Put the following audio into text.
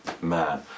man